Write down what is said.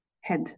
head